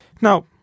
Now